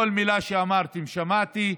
כל מילה שאמרתם, שמעתי.